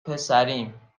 پسریم